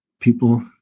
people